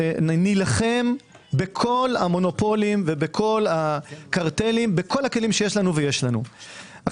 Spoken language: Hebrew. נילחם בכל המונופולים ובכל הקרטלים בכל הכלים שיש לנו,